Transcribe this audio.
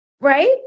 right